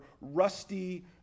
rusty